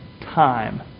time